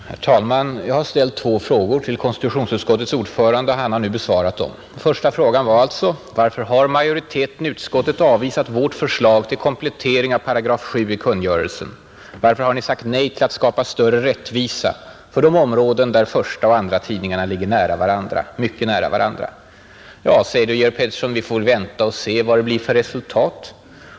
Herr talman! Jag har ställt två frågor till konstitutionsutskottets ordförande. Han har nu besvarat dem. Min första fråga var: Varför har majoriteten i utskottet avvisat vårt förslag till komplettering av § 7 i kungörelsen? Varför har ni sagt nej till att skapa större rättvisa för de områden där förstaoch andratidningarna ligger mycket nära varandra? Ja, svarar då Georg Pettersson, vi får vänta och se vad det blir för resultat.